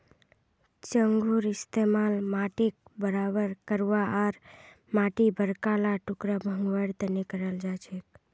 चंघूर इस्तमाल माटीक बराबर करवा आर माटीर बड़का ला टुकड़ा भंगवार तने कराल जाछेक